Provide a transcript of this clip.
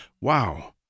wow